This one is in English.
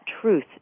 truth